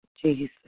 Jesus